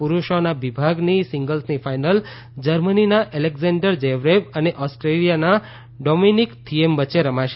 પુરૂષોના વિભાગની સીંગલ્સની ફાયનલ જર્મનીના એલેકજૈન્ડર જેવરેવ અને ઓસ્ટ્રીયાના ડોમીનીક થિએમ વચ્ચે રમાશે